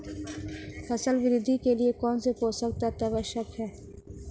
फसल वृद्धि के लिए कौनसे पोषक तत्व आवश्यक हैं?